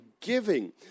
giving